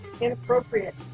inappropriate